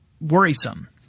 worrisome